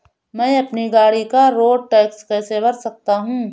मैं अपनी गाड़ी का रोड टैक्स कैसे भर सकता हूँ?